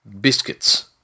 biscuits